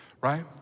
right